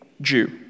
Jew